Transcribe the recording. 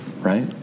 right